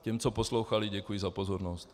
Těm, co poslouchali, děkuji za pozornost.